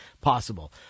possible